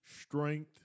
strength